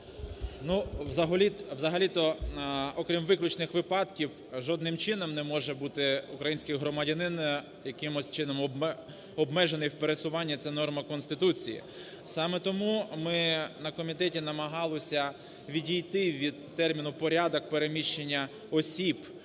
І.Ю. Взагалі-то окрім виключних випадків жодним чином не може бути український громадянин якимось чином обмежений в пересуванні, це норма Конституції. Саме тому ми на комітеті намагалися відійти від терміну "порядок переміщення осіб".